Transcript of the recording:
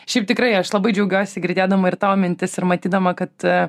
šiaip tikrai aš labai džiaugiuosi girdėdama ir tavo mintis ir matydama kad